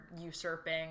usurping